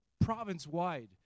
province-wide